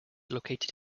located